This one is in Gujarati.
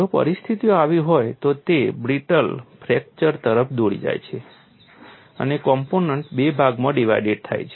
જો પરિસ્થિતિઓ આવી હોય તો તે બ્રિટલ ફ્રેક્ચર તરફ દોરી જાય છે અને કોમ્પોનન્ટ બે ભાગમાં ડિવાઇડેડ થાય છે